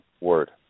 word